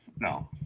No